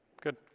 Good